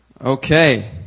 Okay